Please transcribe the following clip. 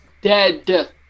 dead